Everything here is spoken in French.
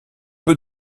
peu